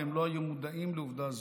והם לא היו מודעים לעובדה זו.